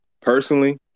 personally